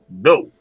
no